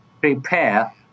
prepare